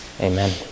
Amen